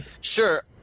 Sure